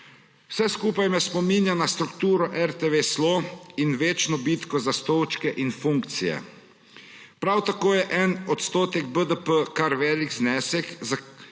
Vse skupaj me spominja na strukturo RTV SLO in večno bitko za stolčke in funkcije. Prav tako je en odstotek BDP kar velik znesek za